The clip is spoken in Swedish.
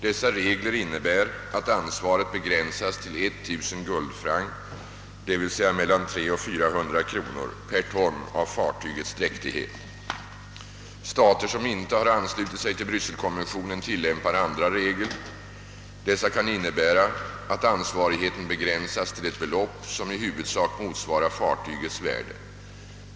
Dessa regler innebär att ansvaret begränsas till 1000 guläfrancs, dvs, mellan 300 och 400 kronor, per ton av fartygets dräktighet. Stater som inte har anslutit sig till Brysselkonventionen tillämpar andra regler. Dessa kan innebära att ansvarig heten begränsas till ett belopp som i huvudsak motsvarar fartygets värde.